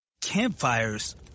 campfires